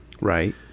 Right